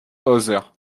other